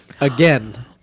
again